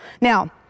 Now